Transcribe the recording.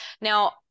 now